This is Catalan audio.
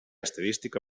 estadística